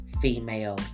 female